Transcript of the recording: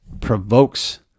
provokes